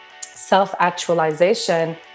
self-actualization